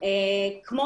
כמו